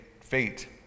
fate